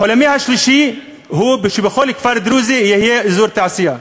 חלומי השלישי הוא שבכל כפר דרוזי יהיה אזור תעשייה.